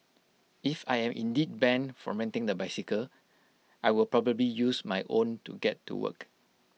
if I am indeed banned from renting the bicycle I will probably use my own to get to work